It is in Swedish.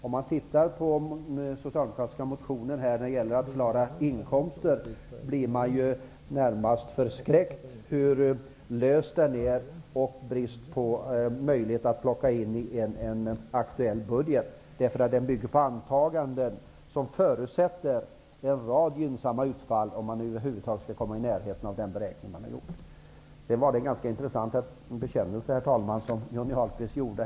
När man ser på de vägar som den socialdemokratiska motionen anvisar för att ge inkomster blir man närmast förskräckt över hur lösa förslagen är. De har sådana brister att det är svårt att ta in dem i en aktuell budget. De bygger på antaganden om en rad gynnsamma utfall, som måste slå in för att resultatet över huvud taget skall kunna komma i närheten av vad som beräknats. Det var vidare en ganska intressant bekännelse som Johnny Ahlqvist gjorde.